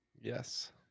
Yes